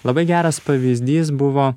labai geras pavyzdys buvo